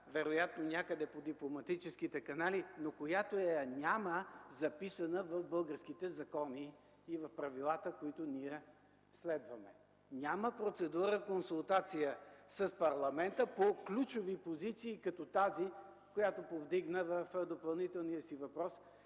вероятно някъде по дипломатическите канали, но която я няма записана в българските закони и в правилата, които ние следваме. Няма процедура „консултация с парламента” по ключови позиции, като тази, която повдигна в допълнителния си въпрос